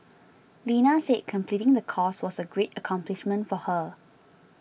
Lena said completing the course was a great accomplishment for her